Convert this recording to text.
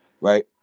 right